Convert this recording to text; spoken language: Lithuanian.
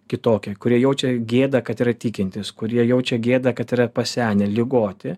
kitokia kurie jaučia gėdą kad yra tikintys kurie jaučia gėdą kad yra pasenę ligoti